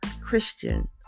Christian